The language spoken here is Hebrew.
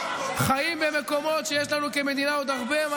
חיים במקומות שיש לנו כמדינה עוד הרבה מה